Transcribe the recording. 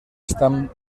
estan